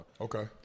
Okay